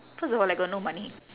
first of all I got no money